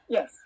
Yes